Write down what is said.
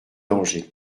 dangers